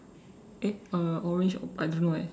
eh uh orange I don't know eh